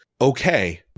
okay